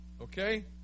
Okay